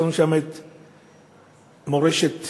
יש לנו שם מרכז מורשת